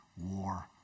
war